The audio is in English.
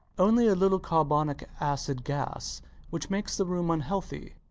only a little carbonic acid gas which makes the room unhealthy.